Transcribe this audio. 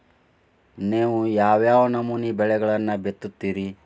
ನೇವು ಯಾವ್ ಯಾವ್ ನಮೂನಿ ಬೆಳಿಗೊಳನ್ನ ಬಿತ್ತತಿರಿ?